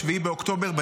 7 באוקטובר 2023,